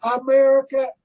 America